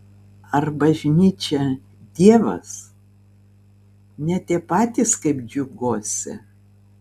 ar bažnyčia dievas ne tie patys kaip džiuguose